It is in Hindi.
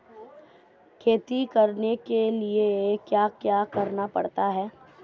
खेती करने के लिए क्या क्या करना पड़ता है?